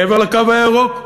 מעבר לקו הירוק.